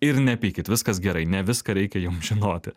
ir nepykit viskas gerai ne viską reikia jum žinoti